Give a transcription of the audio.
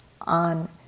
on